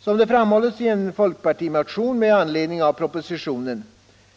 Som framhålles i en folkpartimotion med anledning av propositionen